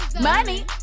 Money